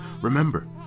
Remember